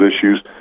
issues